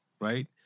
right